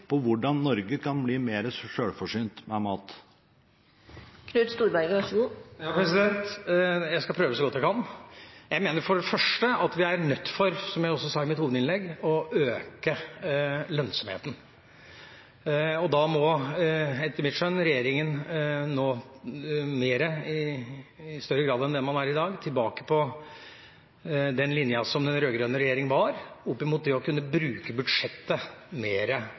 på hvordan Norge kan bli mer selvforsynt med mat? Jeg skal prøve så godt jeg kan. Jeg mener for det første, som jeg sa i mitt hovedinnlegg, at vi er nødt til å øke lønnsomheten. Da må etter mitt skjønn regjeringen i større grad enn i dag tilbake på den linja som den rød-grønne regjeringen var på, med å kunne bruke budsjettet